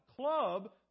club